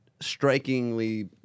strikingly